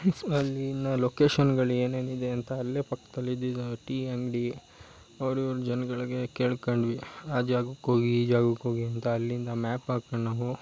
ಅಲ್ಲಿನ ಲೊಕೇಶನ್ಗಳು ಏನೇನಿದೆ ಅಂತ ಅಲ್ಲೇ ಪಕ್ದಲ್ಲಿ ಇದ್ದಿದ್ದ ಟೀ ಅಂಗಡಿ ಅವರು ಇವರು ಜನಗಳಿಗೆ ಕೇಳ್ಕೊಂಡ್ವಿ ಆ ಜಾಗಕ್ಕೆ ಹೋಗಿ ಈ ಜಾಗಕ್ಕೆ ಹೋಗಿ ಅಂತ ಅಲ್ಲಿಂದ ಮ್ಯಾಪ್ ಹಾಕೊಂಡು ನಾವು